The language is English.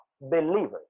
believers